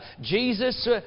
Jesus